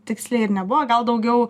tiksliai ir nebuvo gal daugiau